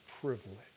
privilege